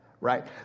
right